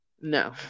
No